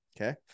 Okay